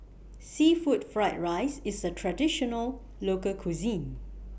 Seafood Fried Rice IS A Traditional Local Cuisine